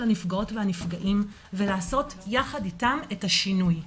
הנפגעות והנפגעים ולעשות יחד אתם את השינוי.